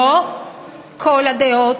לא כל הדעות,